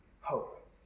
hope